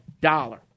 dollar